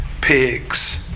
pigs